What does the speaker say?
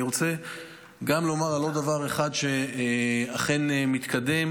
אני רוצה גם לומר על עוד דבר אחד, שאכן מתקדם,